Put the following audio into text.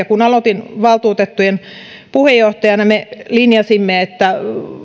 kun aloitin valtuutettujen puheenjohtajana me linjasimme että